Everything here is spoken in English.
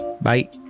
Bye